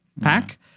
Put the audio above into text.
Pack